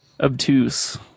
obtuse